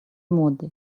моды